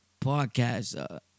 podcast